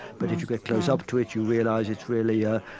but if you get close up to it you realize it's really, ah,